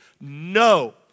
No